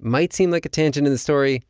might seem like a tangent in the story,